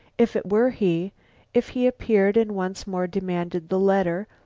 if it were he if he appeared and once more demanded the letter,